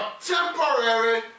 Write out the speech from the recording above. temporary